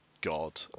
god